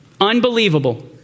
Unbelievable